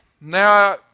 Now